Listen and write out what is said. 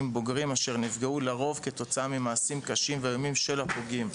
בוגרים אשר נפגעו לרוב כתוצאה ממעשים קשים ואיומים של הפוגעים.